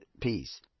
peace